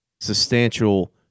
substantial